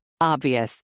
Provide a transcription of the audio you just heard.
Obvious